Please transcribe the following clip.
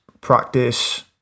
practice